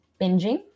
binging